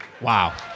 Wow